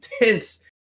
intense